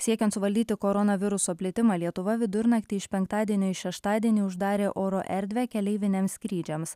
siekiant suvaldyti koronaviruso plitimą lietuva vidurnaktį iš penktadienio į šeštadienį uždarė oro erdvę keleiviniams skrydžiams